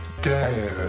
dead